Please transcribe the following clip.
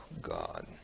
God